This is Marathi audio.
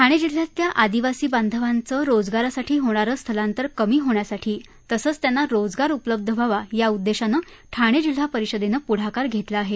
ठाणे जिल्ह्यातल्या आदिवासी बांधवांचं रोजगारासाठी होणारं स्थलांतर कमी होण्यासाठी तसंच त्यांना रोजगार उपलब्ध व्हावा या उद्देशानं ठाणे जिल्हा परिषदेनं पुढाकार घेतला आहे